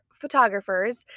photographers